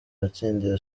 watsindiye